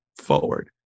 forward